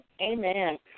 Amen